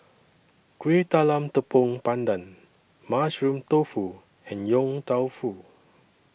Kueh Talam Tepong Pandan Mushroom Tofu and Yong Tau Foo